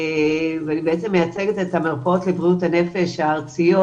ואני בעצם מייצגת את המרפאות לבריאות הנפש הארציות,